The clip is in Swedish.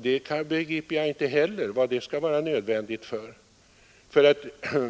Det förstår jag inte heller.